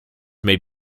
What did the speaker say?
may